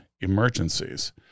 emergencies